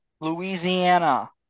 Louisiana